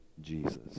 Jesus